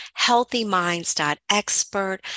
healthyminds.expert